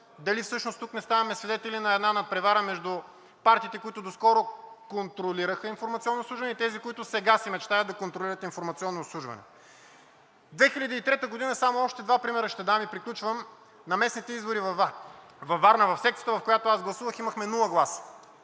дали всъщност тук не ставаме свидетели на една надпревара между партиите, които доскоро контролираха „Информационно обслужване“, и тези, които сега си мечтаят да контролират „Информационно обслужване“. През 2003 г. – само още два примера ще дам и приключвам, на местните избори във Варна в секцията, в която аз гласувах, имахме нула гласа.